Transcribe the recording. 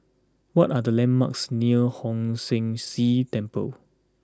what are the landmarks near Hong San See Temple